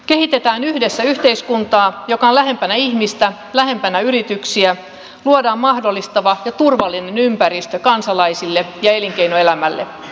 kehitetään yhdessä yhteiskuntaa joka on lähempänä ihmistä lähempänä yrityksiä luodaan mahdollistava ja turvallinen ympäristö kansalaisille ja elinkeinoelämälle